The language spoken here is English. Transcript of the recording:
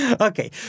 Okay